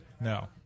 No